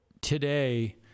Today